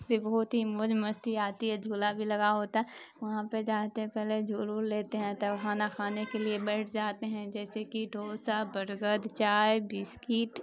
پھر بہت ہی موج مستی آتی ہے جھولا بھی لگا ہوتا ہے وہاں پہ جاتے پہلے جھولو لیتے ہیں تو کھانا کھانے کے لیے بیٹھ جاتے ہیں جیسے کہ ڈوسا برگر چائے بسکیٹ